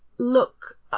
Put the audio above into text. look